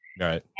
Right